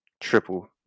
triple